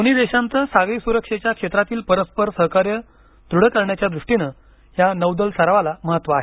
दोन्ही देशांचं सागरी सुरक्षेच्या क्षेत्रातील परस्पर सहकार्य दृढ करण्याच्या दृष्टीने या नौदल सरावाला महत्व आहे